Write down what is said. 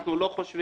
אנחנו לא חושבים,